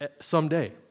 someday